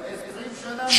כבר 20 שנה מתנהל משא-ומתן,